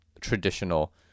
traditional